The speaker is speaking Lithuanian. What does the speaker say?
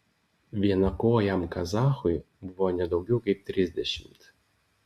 vienakojam kazachui buvo ne daugiau kaip trisdešimt